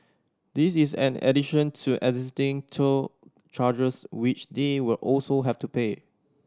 this is an addition to existing toll charges which they will also have to pay